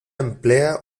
emplea